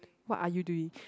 what are you doing